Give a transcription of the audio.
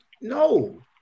no